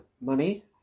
money